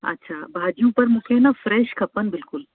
अछा भाॼियूं पर मूंखे न फ़्रेश खपनि बिल्कुलु